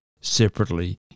separately